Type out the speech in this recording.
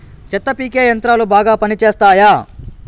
చెత్త పీకే యంత్రాలు బాగా పనిచేస్తాయా?